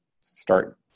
start